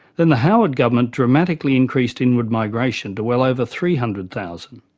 then the howard government dramatically increased inward migration to well over three hundred thousand.